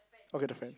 okay the friend